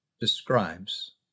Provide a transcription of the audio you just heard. describes